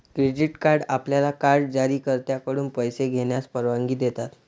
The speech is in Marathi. क्रेडिट कार्ड आपल्याला कार्ड जारीकर्त्याकडून पैसे घेण्यास परवानगी देतात